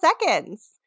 seconds